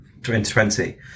2020